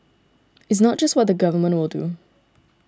it's not just what the Government will do